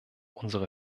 unsere